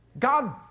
God